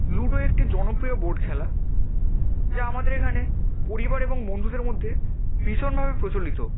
ludo একটি জনপ্রিয় board খেলা যা আমাদের এখানে পরিবার এবং বন্ধুদের মধ্যে ভীষণভাবে প্রচলিত